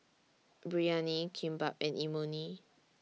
Biryani Kimbap and Imoni